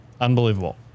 Unbelievable